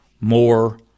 more